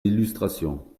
l’illustration